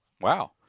Wow